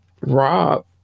rob